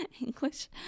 English